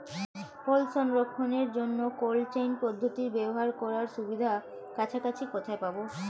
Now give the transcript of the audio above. ফল সংরক্ষণের জন্য cold chain পদ্ধতি ব্যবহার করার সুবিধা কাছাকাছি কোথায় পাবো?